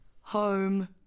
home